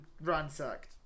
ransacked